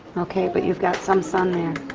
okay. but you've got some sun there.